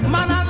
Man